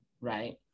right